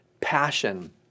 passion